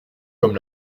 comme